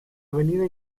avenida